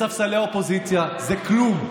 בספסלי האופוזיציה, זה כלום.